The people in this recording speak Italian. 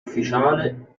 ufficiale